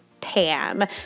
Pam